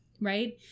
Right